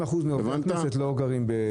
60% מעובדי הכנסת לא גרים בירושלים.